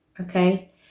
okay